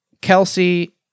Kelsey